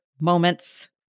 moments